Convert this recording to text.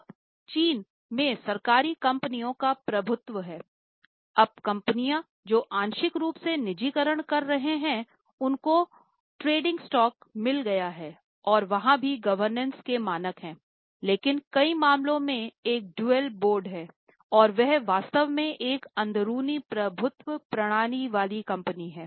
अब चीन में सरकारी कंपनियों का प्रभुत्व है अब कंपनियाँ जो आंशिक रूप से निजीकरण कर रहे हैं उनको ट्रेडिंग स्टॉक मिल गया है और वहाँ भी गवर्नेंस के मानक हैं लेकिन कई मामलों में एक डुएल बोर्ड है और यह वास्तव में एक अंदरूनी प्रभुत्व प्रणाली वाली कंपनी हैं